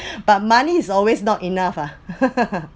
but money is always not enough ah